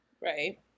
Right